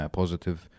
positive